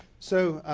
so,